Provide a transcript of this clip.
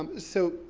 um so,